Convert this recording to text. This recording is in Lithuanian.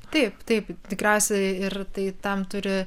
taip taip tikriausiai ir tai tam turi